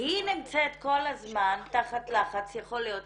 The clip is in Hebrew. היא נמצאת כל הזמן תחת לחץ יכול להיות,